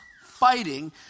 fighting